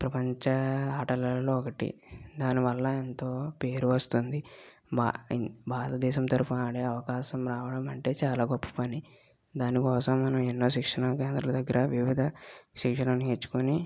ప్రపంచ ఆటలలో ఒకటి దానివల్ల ఎంతో పేరు వస్తుంది భారతదేశం తరపున ఆడే అవకాశం రావడం అంటే చాలా గొప్ప పని దానికోసం మనం ఎన్నో శిక్షణ కేంద్రాల దగ్గర వివిధ శిక్షణ నేర్చుకొని